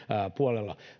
puolella